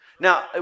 Now